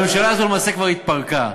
הממשלה הזאת למעשה כבר התפרקה.